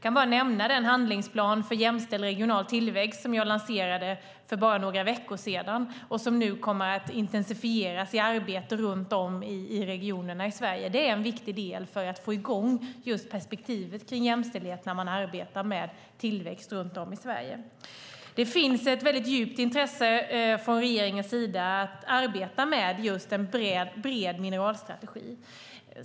Jag kan nämna den handlingsplan för jämställd regional tillväxt som jag lanserade för bara några veckor sedan och som nu kommer att intensifieras i arbete runt om i regionerna i Sverige. Det är en viktig del för att få i gång just perspektivet kring jämställdhet när man arbetar med tillväxt runt om i Sverige. Det finns ett väldigt djupt intresse från regeringens sida att arbeta med en bred mineralstrategi.